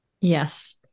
Yes